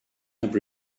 have